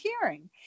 hearing